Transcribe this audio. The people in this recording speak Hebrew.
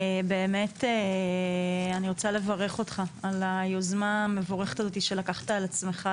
באמת אני רוצה לברך אותך על היוזמה המבורכת שלקחת על עצמך,